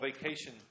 vacation